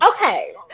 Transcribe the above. Okay